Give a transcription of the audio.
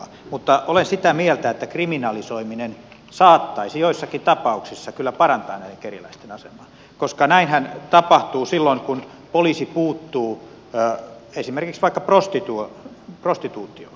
mutta olen sitä mieltä että kriminalisoiminen saattaisi joissakin tapauksissa kyllä parantaa näiden kerjäläisten asemaa koska näinhän tapahtuu silloin kun poliisi puuttuu esimerkiksi prostituutioon